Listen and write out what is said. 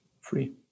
free